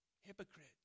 hypocrite